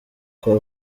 kwa